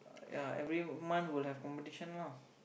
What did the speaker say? ya every month will have competition lah